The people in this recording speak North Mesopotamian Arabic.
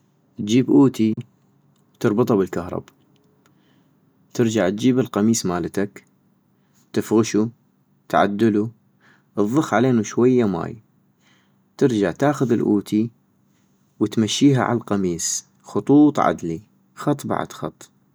اتجيب اوتي وتربطا بالكهرب، - ترجع تجيب القميس مالتك ، تفغشو، تعدلو، تضخ علينو شوية ماي، ترجع تاخذ الاوتي، وتمشيها عالقميس خطوط عدلي، خط بعد خط